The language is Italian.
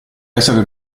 essere